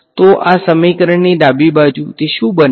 તો આ સમીકરણની ડાબી બાજુ તે શું બને છે